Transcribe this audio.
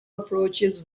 approaches